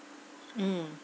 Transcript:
mm